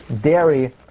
dairy